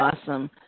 Awesome